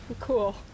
Cool